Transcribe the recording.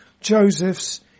Joseph's